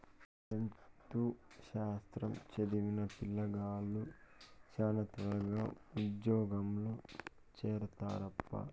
జంతు శాస్త్రం చదివిన పిల్లగాలులు శానా త్వరగా ఉజ్జోగంలో చేరతారప్పా